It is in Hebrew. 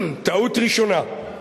טעות ראשונה,